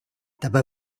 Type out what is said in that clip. dabei